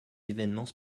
événements